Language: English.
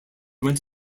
went